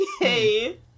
Yay